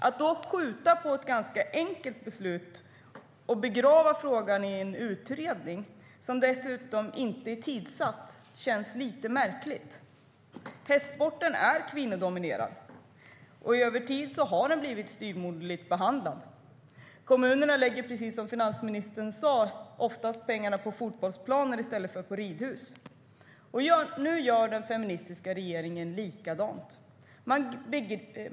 Att då skjuta på ett ganska enkelt beslut och begrava frågan i en utredning som dessutom inte är tidsatt känns lite märkligt. Hästsporten är kvinnodominerad och har över tid blivit styvmoderligt behandlad. Kommunerna lägger, som finansministern sa, oftast pengarna på fotbollsplaner i stället för på ridhus, och nu gör den feministiska regeringen likadant.